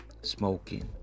Smoking